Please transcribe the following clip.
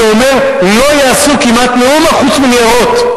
זה אומר שלא יעשו כמעט מאומה חוץ מניירות.